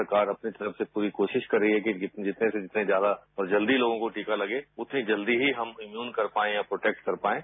सरकार अपनी तरफ से पूरी कोशिश कर रही है कि जितने से जितने ज्यादा और जल्दी लोगों को टीका लगे उतनी जल्दी ही हम इम्यून कर पाएं या प्रोटेक्ट कर पाएं